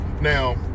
Now